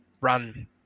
run